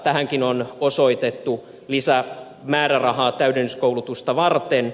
tähänkin on osoitettu lisämäärärahaa täydennyskoulutusta varten